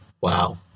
Wow